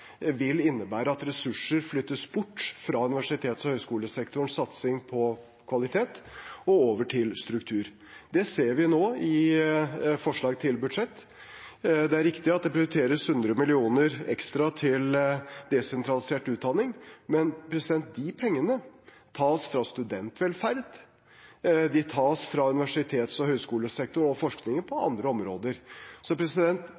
vil innebære at ressurser flyttes bort fra universitets- og høyskolesektorens satsing på kvalitet, og over til struktur. Det ser vi nå i forslaget til budsjett. Det er riktig at det prioriteres 100 mill. kr ekstra til desentralisert utdanning, men de pengene tas fra studentvelferd, de tas fra universitets- og høyskolesektoren og forskningen på